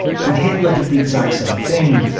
and hitler did the exact same thing,